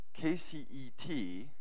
KCET